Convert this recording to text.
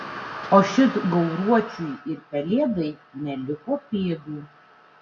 o šit gauruočiui ir pelėdai neliko pėdų